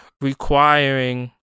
requiring